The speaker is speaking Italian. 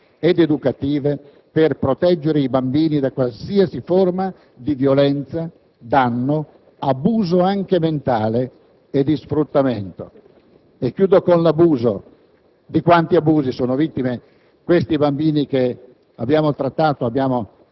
appropriate misure legislative, amministrative, sociali ed educative per proteggere i bambini da qualsiasi forma di violenza, danno, abuso anche mentale, sfruttamento». Concludo parlando